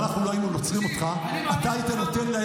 תקציב שלך,